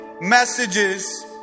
messages